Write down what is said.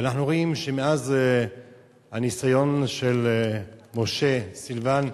ואנחנו רואים שמאז הניסיון של משה סילמן,